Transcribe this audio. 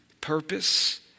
purpose